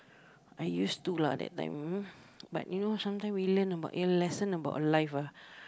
I used to lah that time but you know sometime we learn about lesson about life lah